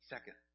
Second